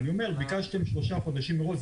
אני אומר ביקשתם שלושה חודשים מראש,